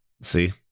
See